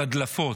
על הדלפות: